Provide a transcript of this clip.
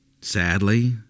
Sadly